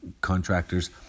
contractors